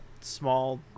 small